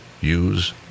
use